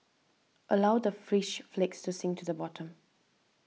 allow the fish flakes to sink to the bottom